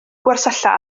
gwersylla